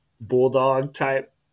bulldog-type